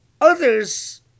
Others